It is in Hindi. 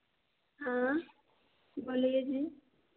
हाँ बोलिए जी